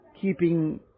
keeping